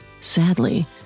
Sadly